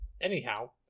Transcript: anyhow